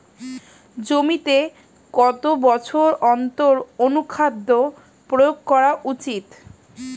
জমিতে কত বছর অন্তর অনুখাদ্য প্রয়োগ করা উচিৎ?